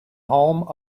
home